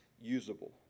usable